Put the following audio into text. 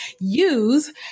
Use